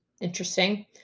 Interesting